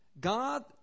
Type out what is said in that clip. God